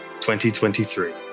2023